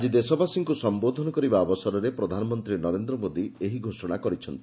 ଆକି ଦେଶବାସୀଙ୍କୁ ସମ୍ୟୋଦ୍ଧନ କରିବା ଅବସରରେ ପ୍ରଧାନମନ୍ତୀ ନରେନ୍ଦ ମୋଦୀ ଏହି ଘୋଷଣା କରିଛନ୍ତି